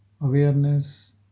awareness